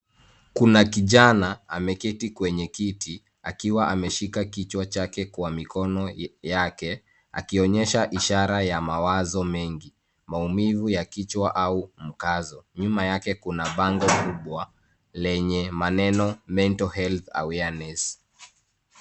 Kuna kijana ameketi kwenye kiti akiwa ameshika kichwa chake kwa mikono yake akionyesha ishara ya mawazo mengi, maumivu ya kichwa, au mkazo. Nyuma yake kuna bango kubwa lenye maneno Mental Health Awareness .